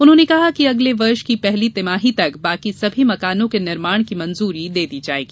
उन्होंने कहा कि अगले वर्ष की पहली तिमाही तक बाकी सभी मकानों के निर्माण की मंजूरी दे दी जाएगी